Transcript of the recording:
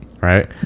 Right